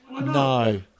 No